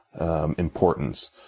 importance